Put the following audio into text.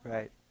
Right